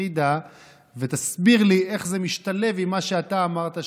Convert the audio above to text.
ג'ידא ותסביר לי איך זה משתלב עם מה שאתה אמרת,